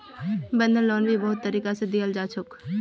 बंधक लोन भी बहुत तरीका से दियाल जा छे